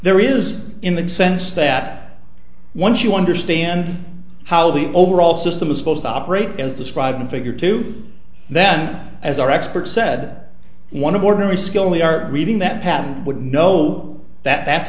there is in the sense that once you understand how the overall system is supposed to operate as described in figure two then as our expert said one of ordinary scully are reading that patent would know that that's